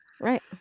right